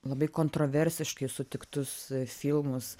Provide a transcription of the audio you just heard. labai kontroversiškai sutiktus filmus